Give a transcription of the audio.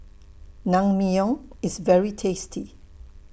Naengmyeon IS very tasty